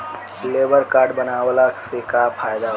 Labour card बनवाला से का फायदा बा?